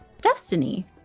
Destiny